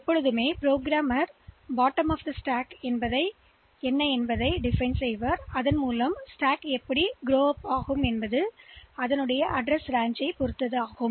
எனவே புரோகிராமர் அடுக்கின் அடிப்பகுதியை வரையறுக்கிறது மற்றும் அடுக்கு முகவரி வரம்பைக் குறைப்பதை குறைக்கிறது